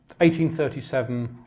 1837